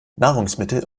nahrungsmittel